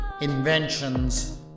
Inventions